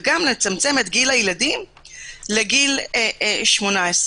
וגם לצמצם את גיל הילדים לגיל 18,